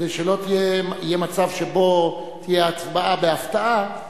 כדי שלא יהיה מצב שתהיה הצבעה בהפתעה,